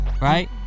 right